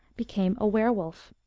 became a were-wolf.